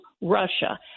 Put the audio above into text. russia